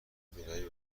بینایی